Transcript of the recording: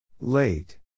Late